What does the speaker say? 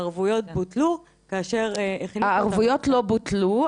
הערבויות בוטלו כאשר הכניסו אותם --- הערבויות לא בוטלו,